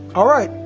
all right.